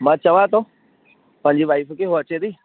मां चवां थो पंहिंजी वाइफ खे हू अचे थी